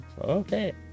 okay